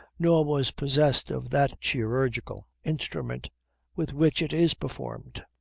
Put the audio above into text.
nor was possessed of that chirurgical instrument with which it is performed.